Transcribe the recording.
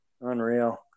Unreal